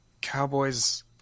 cowboys